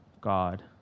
God